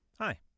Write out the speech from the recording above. Hi